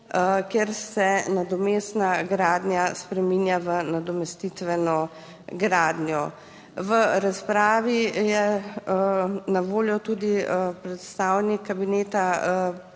kjer se nadomestna gradnja spreminja v nadomestitveno gradnjo. V razpravi je bil na voljo tudi predstavnik Kabineta